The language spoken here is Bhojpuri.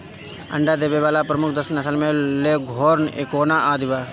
अंडा देवे वाला प्रमुख दस नस्ल में लेघोर्न, एंकोना आदि बा